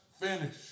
finish